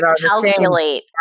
calculate